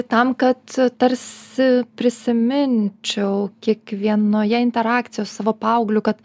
tam kad tarsi prisiminčiau kiekvienoje interakcijoje su savo paaugliu kad